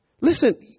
Listen